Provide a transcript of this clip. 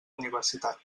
universitat